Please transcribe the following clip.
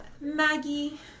Maggie